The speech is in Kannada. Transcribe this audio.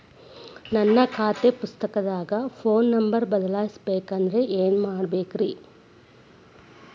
ನನ್ನ ಖಾತೆ ಪುಸ್ತಕದಾಗಿನ ಫೋನ್ ನಂಬರ್ ಬದಲಾಯಿಸ ಬೇಕಂದ್ರ ಏನ್ ಮಾಡ ಬೇಕ್ರಿ?